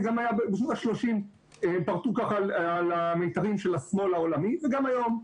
גם בשנות השלושים פרטו כך על המיתרים של השמאל העולמי וגם היום.